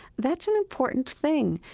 that's an important thing.